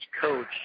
coach